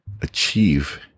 achieve